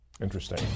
interesting